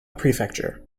prefecture